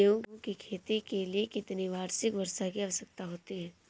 गेहूँ की खेती के लिए कितनी वार्षिक वर्षा की आवश्यकता होती है?